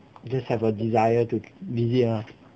just have a desire to visit lah